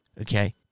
okay